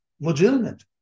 legitimate